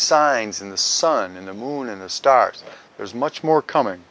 signs in the sun in the moon in the stars there's much more coming